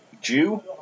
Jew